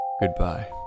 Goodbye